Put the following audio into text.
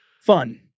Fun